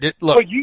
look